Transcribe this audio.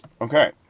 Okay